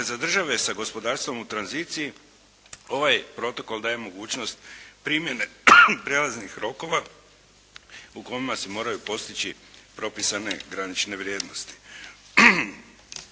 za države sa gospodarstvom u tranziciji ovaj protokol daje mogućnost primjene prijelaznih rokova u kojima se moraju postići propisane granične vrijednosti.